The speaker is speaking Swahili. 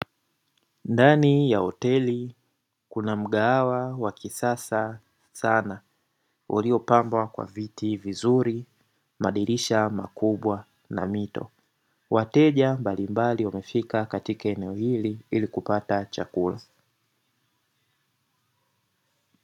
Ndani ya hoteli kuna mgahawa wa kisasa sana uliopambwa kwa viti vizuri, madirisha makubwa na mito, wateja mbalimbali wamefika katika eneo hili ili kupata chakula.